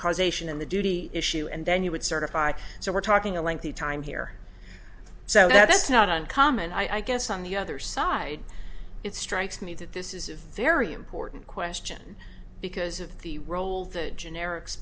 causation in the duty issue and then you would certify so we're talking a lengthy time here so that's not uncommon i guess on the other side it strikes me that this is a very important question because of the role that generics